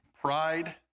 Pride